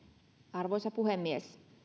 arvoisa puhemies